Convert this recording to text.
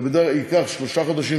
זה ייקח שלושה חודשים,